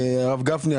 הרב גפני,